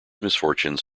misfortunes